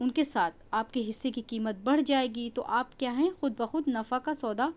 ان کے ساتھ آپ کے حصے کی قیمت بڑھ جائے گی تو آپ کیا ہیں خود بخود نفع کا سودا